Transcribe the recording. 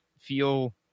feel